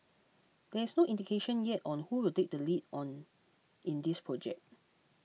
there is no indication yet on who will take the lead on in this project